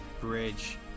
bridge